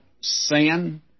sin